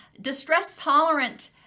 Distress-tolerant